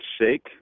shake